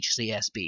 HCSB